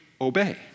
obey